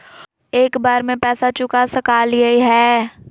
एक बार में पैसा चुका सकालिए है?